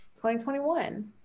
2021